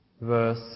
Verse